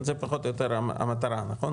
זו פחות או יותר המטרה, נכון?